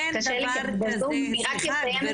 סליחה,